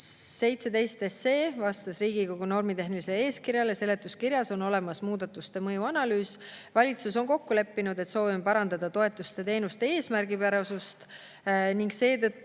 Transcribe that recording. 17 SE vastas Riigikogu normitehnilisele eeskirjale. Seletuskirjas on olemas muudatuste mõjuanalüüs. Valitsus on kokku leppinud, et soovime parandada toetuste ja teenuste eesmärgipärasust, ning seetõttu